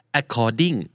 according